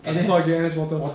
打电话给 N_S portal